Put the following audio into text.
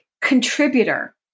contributor